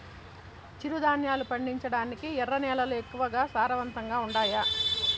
చిరుధాన్యాలు పండించటానికి ఎర్ర నేలలు ఎక్కువగా సారవంతంగా ఉండాయా